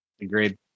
Agreed